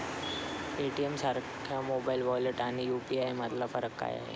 पेटीएमसारख्या mobile wallet आणि UPI यामधला फरक काय आहे?